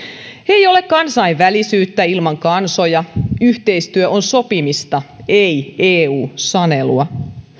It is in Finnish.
ei ole kansainvälisyyttä ilman kansoja yhteistyö on sopimista ei eu sanelua